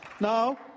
Now